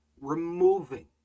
removing